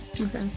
Okay